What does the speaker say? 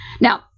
Now